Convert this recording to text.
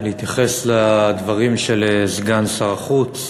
להתייחס לדברים של סגן שר החוץ,